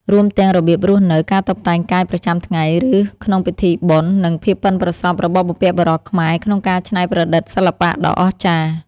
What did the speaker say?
រួមទាំងរបៀបរស់នៅ (ការតុបតែងកាយប្រចាំថ្ងៃ ឬក្នុងពិធីបុណ្យ) និង ភាពប៉ិនប្រសប់របស់បុព្វបុរសខ្មែរក្នុងការច្នៃប្រឌិតសិល្បៈដ៏អស្ចារ្យ។